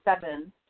seven